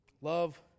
Love